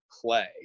play